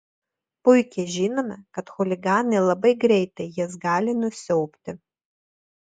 puikiai žinome kad chuliganai labai greitai jas gali nusiaubti